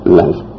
life